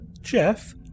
Jeff